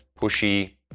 pushy